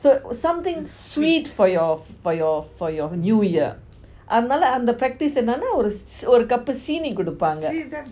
so something sweet for you for your for your new year அதுனால அந்த:athunaala antha practice இருந்ததுனால ஒரு:irunthathunaala oru cup சீனி குடகுப்பங்க:seeni kudkupanga